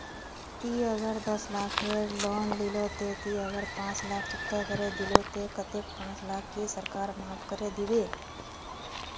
ती अगर दस लाख खेर लोन लिलो ते ती अगर पाँच लाख चुकता करे दिलो ते कतेक पाँच लाख की सरकार माप करे दिबे?